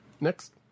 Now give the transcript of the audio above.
Next